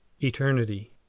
ETERNITY